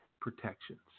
protections